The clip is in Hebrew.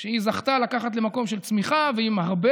שהיא זכתה לקחת למקום של צמיחה ועם הרבה